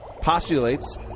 postulates